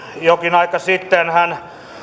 jokin aika sittenhän